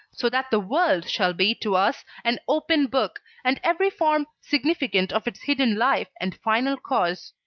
so that the world shall be to us an open book, and every form significant of its hidden life and final cause.